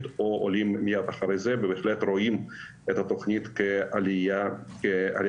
או עולים מיד אחרי זה ובהחלט רואים את התוכנית כעליה בשלבים.